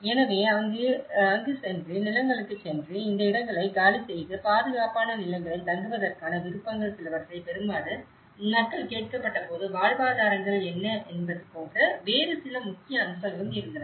எனவே அங்கு சென்று நிலங்களுக்குச் சென்று இந்த இடங்களை காலி செய்து பாதுகாப்பான நிலங்களில் தங்குவதற்கான விருப்பங்கள் சிலவற்றைப் பெறுமாறு மக்கள் கேட்கப்பட்டபோது வாழ்வாதாரங்கள் என்ன என்பது போன்ற வேறு சில முக்கிய அம்சங்களும் இருந்தன